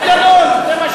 הוא היה מתבייש, בטוח.